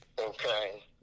okay